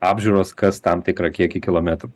apžiūros kas tam tikrą kiekį kilometrų